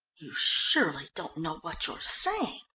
you surely don't know what you're saying.